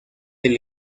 del